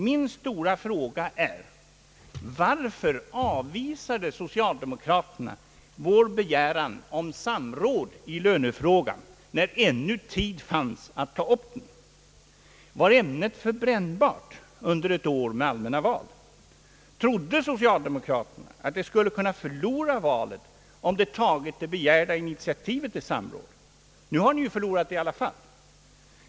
Min stora fråga är: Varför avvisade socialdemokraterna vår begäran om samråd i lönefrågan när ännu tid fanns att ta upp den? Var ämnet för brännbart under ett år med allmänna val? "Trodde socialdemokraterna att de skulle kunna förlora valet om de tagit det begärda initiativet till samråd? Nu har de förlorat det i alla fall.